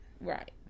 Right